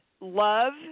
love